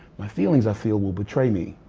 my feelings, i feel, will betray me.